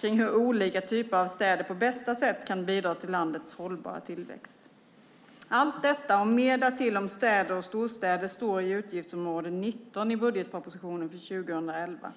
kring hur olika typer av städer på bästa sätt kan bidra till landets hållbara tillväxt. Allt detta och mer därtill om städer och storstäder står i utgiftsområde 19 i budgetpropositionen för 2011.